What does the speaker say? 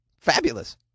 Fabulous